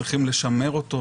צריכים לשמר אותו.